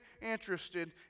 interested